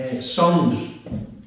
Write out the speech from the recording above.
Songs